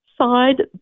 side